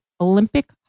Olympic